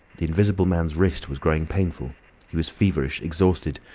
the invisible man's wrist was growing painful he was feverish, exhausted,